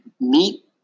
meet